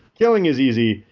killing is easy.